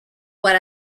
what